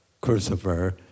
Christopher